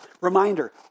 Reminder